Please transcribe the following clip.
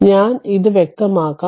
അതിനാൽ ഞാൻ അത് വ്യക്തമാക്കാം